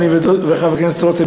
אני וחבר הכנסת רותם,